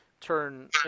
turn